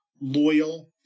loyal